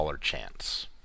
chance